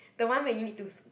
the one where you need to